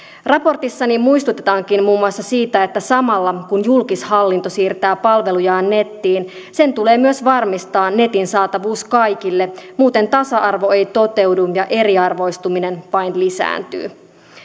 raportissani muistutetaankin muun muassa siitä että samalla kun julkishallinto siirtää palvelujaan nettiin sen tulee myös varmistaa netin saatavuus kaikille muuten tasa arvo ei toteudu ja eriarvoistuminen vain lisääntyy